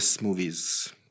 movies